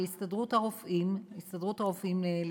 להסתדרות רופאי השיניים,